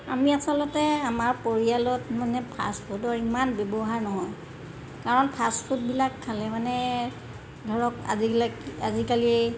আমি আচলতে আমাৰ পৰিয়ালত মানে ফাষ্টফুডৰ ইমান ব্যৱহাৰ নহয় কাৰণ ফাষ্টফুডবিলাক খালে মানে ধৰক আজিকালি আজিকালি